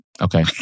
Okay